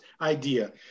idea